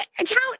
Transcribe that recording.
account